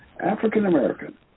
African-American